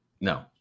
No